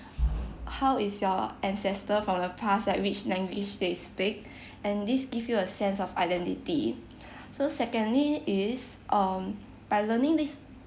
how is your ancestor from the past like which language they speak and this give you a sense of identity so secondly is um by learning this